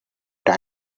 time